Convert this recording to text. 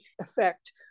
effect